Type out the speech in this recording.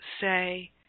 say